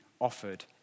offered